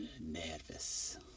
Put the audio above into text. nervous